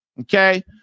Okay